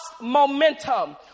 momentum